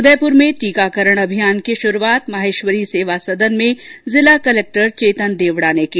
उदयपर में टीकाकरण अभियान की शरुआत माहेश्वरी सेवा सदन में जिला कलेक्टर चेतन देवडा ने की